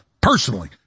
personally